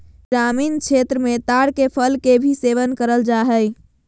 ग्रामीण क्षेत्र मे ताड़ के फल के भी सेवन करल जा हय